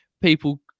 people